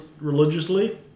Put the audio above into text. religiously